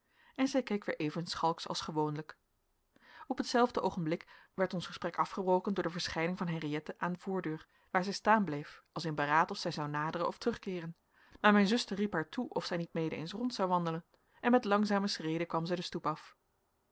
en zij keek weer even schalksch als gewoonlijk op hetzelfde oogenblik werd ons gesprek afgebroken door de verschijning van henriëtte aan de voordeur waar zij staan bleef als in beraad of zij zou naderen of terugkeeren maar mijn zuster riep haar toe of zij niet mede eens rond zou wandelen en met langzame schreden kwam zij de stoep af